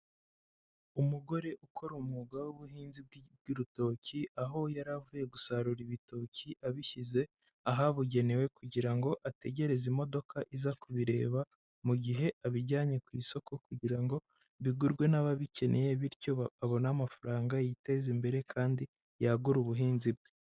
Umugore ukora umwuga w'ubuhinzi bw'urutoki, aho yari avuye gusarura ibitoki abishyize ahabugenewe kugira ngo ategereze imodoka iza kubireba mu gihe abijyanye ku isoko, kugira ngo bigurwe n'ababikeneye bityo abone amafaranga yiteza imbere kandi yagure ubuhinzi bwe.